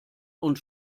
und